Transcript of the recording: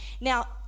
Now